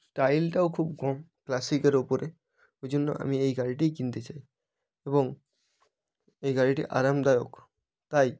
স্টাইলটাও খুব গ ক্লাসিকের ওপরে এই জন্য আমি এই গাড়িটিই কিনতে চাই এবং এই গাড়িটি আরামদায়ক তাই